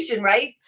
right